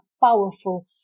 powerful